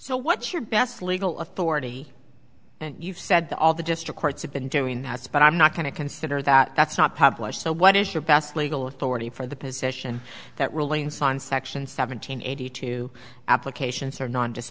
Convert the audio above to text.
so what's your best legal authority and you've said that all the district courts have been doing that's but i'm not going to consider that that's not published so what is your best legal authority for the position that ruling on section seventeen eighty two applications are not